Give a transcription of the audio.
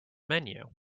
menu